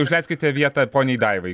užleiskite vietą poniai daivai